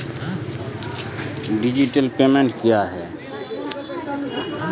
Digital payment क्या हैं?